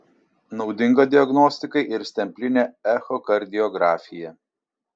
naudinga diagnostikai ir stemplinė echokardiografija